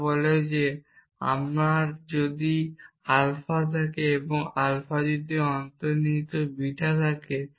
যা বলে যে আমার যদি আলফা থাকে এবং আমার যদি আলফা অন্তর্নিহিত বিটা থাকে